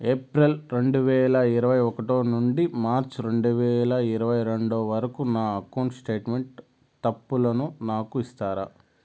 April రెండు వేల ఇరవై ఒకటి నుండి మార్చ్ రెండు వేల ఇరవై రెండు వరకు నా అకౌంట్ స్టేట్మెంట్ తప్పులను నాకు ఇస్తారా?